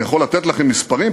אני יכול לתת לכם מספרים,